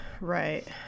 right